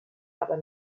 aber